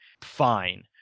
fine